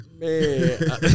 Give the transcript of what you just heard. man